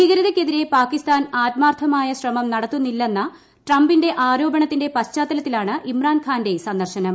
ഭീകരതയ്ക്കെതിരെ പാകിസ്ഥാൻ ആത്മാർത്ഥമായ ശ്രമം നടത്തുന്നില്ലെന്ന ട്രംപിന്റെ ആരോപണത്തിന്റെ പശ്ചാത്തലത്തിലാണ് ഇമ്രാൻ ഖാന്റെ സന്ദർശനം